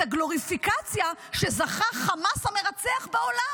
הגלוריפיקציה שזכה לה חמאס המרצח בעולם.